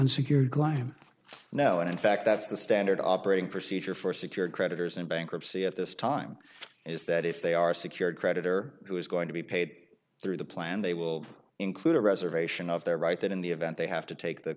unsecured line now and in fact that's the standard operating procedure for secured creditors in bankruptcy at this time is that if they are secured creditor who is going to be paid through the plan they will include a reservation of their right that in the event they have to take the